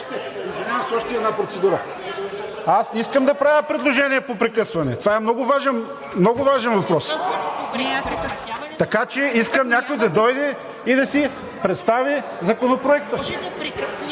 ЗАФИРОВ: Аз не искам да правя предложение по прекъсване, това е много важен въпрос. Така че искам някой да дойде и да си представи Законопроекта.